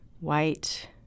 white